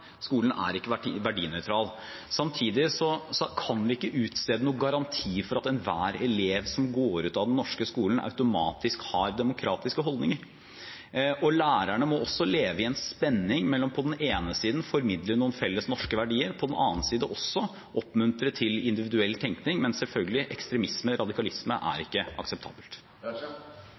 Skolen er ikke verdinøytral. Samtidig kan vi ikke utstede noen garanti for at enhver elev som går ut av den norske skolen, automatisk har demokratiske holdninger. Lærerne må også leve i en spenning mellom på den ene siden å formidle noen felles norske verdier og på den annen side oppmuntre til individuell tenkning, men selvfølgelig: Ekstremisme, radikalisme, er ikke akseptabelt.